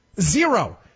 Zero